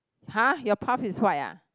!huh! your path is white ah